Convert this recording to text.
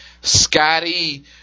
Scotty